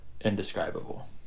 indescribable